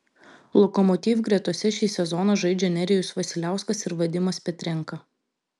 lokomotiv gretose šį sezoną žaidžia nerijus vasiliauskas ir vadimas petrenka